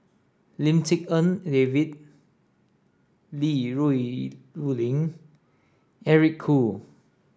Lim Tik En David Li Rulin Eric Khoo